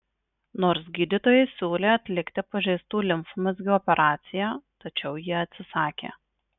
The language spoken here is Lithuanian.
nors gydytojai siūlė atlikti pažeistų limfmazgių operaciją tačiau ji atsisakė